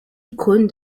icône